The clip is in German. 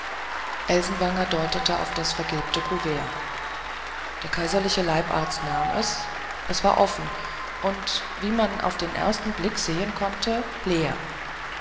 elsenwanger deutete auf das vergilbte kuvert der kaiserliche leibarzt nahm es es war offen und wie man auf den ersten blick sehen konnte leer